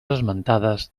esmentades